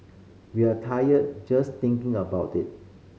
we're tired just thinking about it